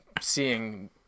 seeing